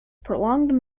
prolonged